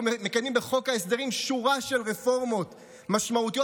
אנחנו מקדמים בחוק ההסדרים שורה של רפורמות משמעותיות,